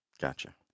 Gotcha